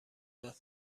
داد